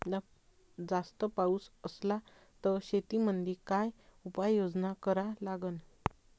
जास्त पाऊस असला त शेतीमंदी काय उपाययोजना करा लागन?